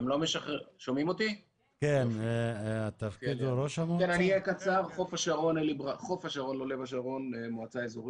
אני ממועצה אזורית חוף השרון או לב השרון.